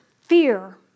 fear